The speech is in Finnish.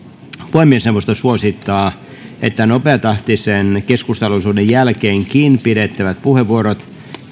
puhemiesneuvosto suosittaa että nopeatahtisen keskusteluosuuden jälkeenkin pidettävät puheenvuorot